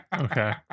Okay